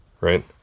Right